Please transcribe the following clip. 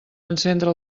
encendre